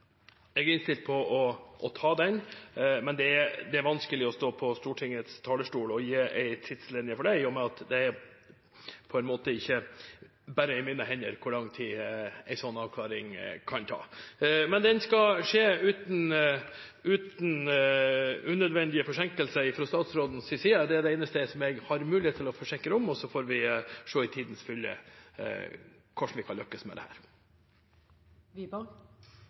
Jeg er innstilt på å ta den, men det er vanskelig å stå på Stortingets talerstol og gi en tidslinje for det, i og med at det ikke er bare i mine hender hvor lang tid en slik avklaring kan ta. Men det skal skje uten unødvendige forsinkelser fra statsrådens side. Det er det eneste jeg har mulighet til å forsikre om, og så får vi i tidens fylde se hvordan vi kan lykkes med